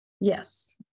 yes